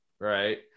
right